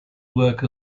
work